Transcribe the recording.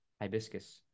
hibiscus